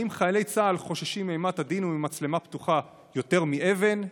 האם חיילי צה"ל חוששים מאימת הדין וממצלמה פתוחה יותר מאבן,